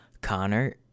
connor